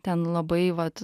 ten labai vat